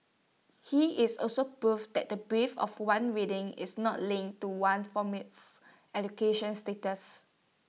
he is also proof that the breadth of one's reading is not linked to one's formal education status